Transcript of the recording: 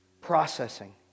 processing